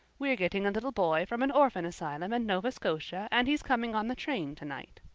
we're getting a little boy from an orphan asylum in nova scotia and he's coming on the train tonight.